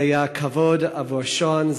זה היה כבוד עבור שון,